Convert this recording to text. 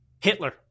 Hitler